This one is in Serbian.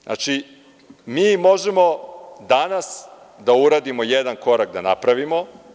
Znači, mi možemo danas da uradimo jedan korak, da napravimo.